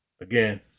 again